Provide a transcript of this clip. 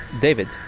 David